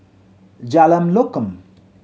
Jalan Lokam